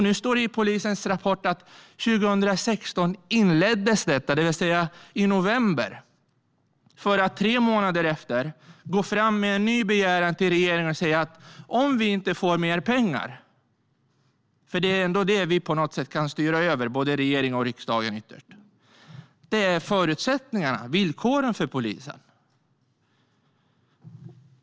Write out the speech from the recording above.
Nu står det i polisens rapport att detta inleddes 2016, i november. Tre månader senare går de fram med en ny begäran till regeringen och säger att om de inte får mer pengar - och det är ju pengarna som vi i riksdagen och regeringen ytterst kan styra över - ska de dra ned med 1 000 poliser.